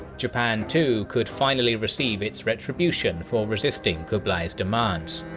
japan too, could finally receive its retribution for resisting kublai's demands.